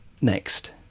Next